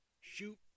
Shoot